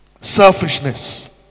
Selfishness